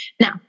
Now